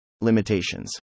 Limitations